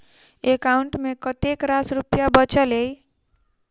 account मे कतेक रास रुपया बचल एई